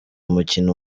umukino